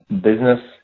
business